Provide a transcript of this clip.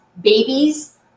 babies